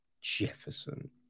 Jefferson